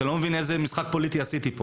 אתם לא מבינים איזה משחק פוליטי עשיתי פה